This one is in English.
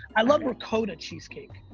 i love ricotta cheesecake.